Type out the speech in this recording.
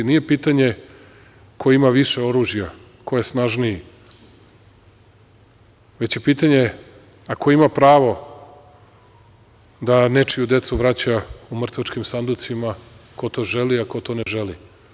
Nije pitanje ko ima više oružja, ko je snažniji, već je pitanje - a ko ima pravo da nečiju decu vraća u mrtvačkim sanducima, ko to želi a ko to ne želi?